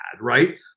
right